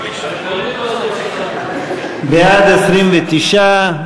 בעד, 29,